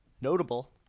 Notable